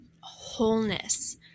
wholeness